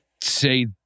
say